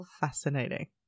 fascinating